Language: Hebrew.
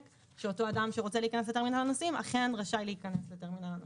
שאותו אדם שרוצה להיכנס לטרמינל הנוסעים אכן רשאי להיכנס לטרמינל הנוסעים.